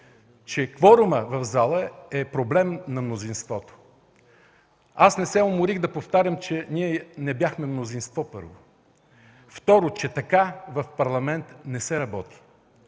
че кворумът в залата е проблем на мнозинството. Аз не се уморих да повтарям, че ние не бяхме мнозинство, първо. Второ, че така в Парламент не се работи.